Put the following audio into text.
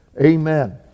Amen